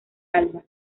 alba